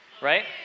right